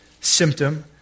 symptom